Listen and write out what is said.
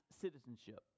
citizenship